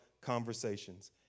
conversations